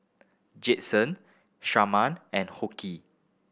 Jayson Sharman and Hoke